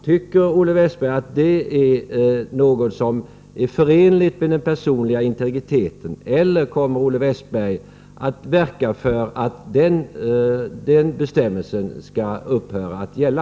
Tycker Olle Westberg att detta är förenligt med den personliga integriteten, eller kommer Olle Westberg att verka för att den bestämmelsen skall upphöra att gälla?